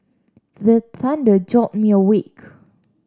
the thunder jolt me awake